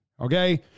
Okay